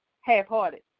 half-hearted